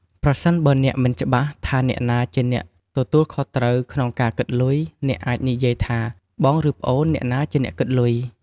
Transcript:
ប្រសិនបើអ្នកមិនច្បាស់ថាអ្នកណាជាអ្នកទទួលខុសត្រូវក្នុងការគិតលុយ អ្នកអាចនិយាយថា "បងឬប្អូនអ្នកណាជាអ្នកគិតលុយ?"។